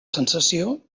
sensació